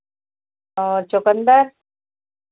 और चुकन्दर